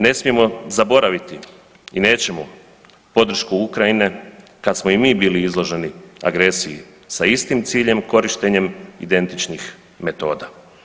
Ne smijemo zaboraviti i nećemo podršku Ukrajine kad smo i mi bili izloženi agresiji sa istim ciljem i korištenjem identičnih metoda.